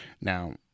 now